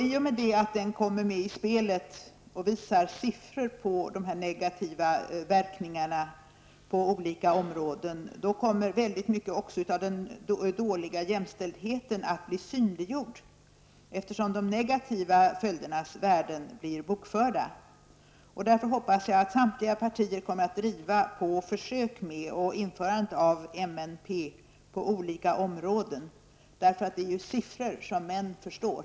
I och med att den kommer med i spelet och vi får siffror på de negativa verkningarna på olika områden, kommer väldigt mycket av den dåliga jämställdheten också att bli synliggjord, eftersom de negativa följderna blir bokförda. Därför hoppas jag att samtliga partier kommer att driva på försöket med och införandet av MNP på olika områden, därför att det är siffror som män förstår.